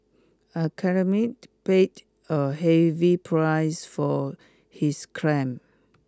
a paid a heavy price for his crime